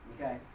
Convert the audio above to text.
Okay